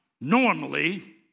normally